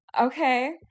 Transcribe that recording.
okay